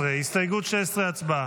16. הסתייגות 16, הצבעה.